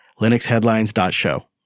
linuxheadlines.show